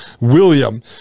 William